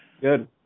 good